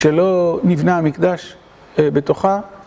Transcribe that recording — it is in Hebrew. שלא נבנה המקדש בתוכה.